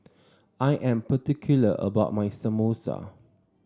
I am particular about my Samosa